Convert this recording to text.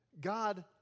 God